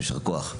יישר כוח.